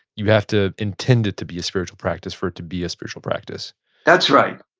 you have to intend it to be a spiritual practice for it to be a spiritual practice that's right.